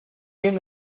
bien